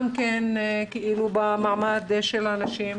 גם במעמד של השנים,